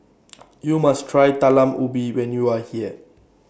YOU must Try Talam Ubi when YOU Are here